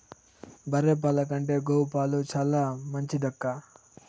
బర్రె పాల కంటే గోవు పాలు చాలా మంచిదక్కా